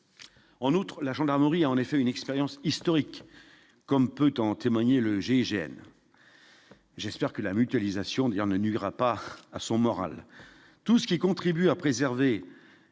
en outre, la gendarmerie a en effet une expérience historique comme peut en témoigner le GIGN j'espère que la mutualisation d'ailleurs ne nuira pas à son moral tout ce qui contribue à préserver